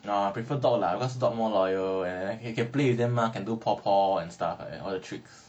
I prefer dog lah cause dog more loyal and you can play with them mah can do paw paw and stuff and all the tricks